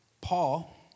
Paul